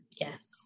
Yes